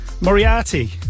Moriarty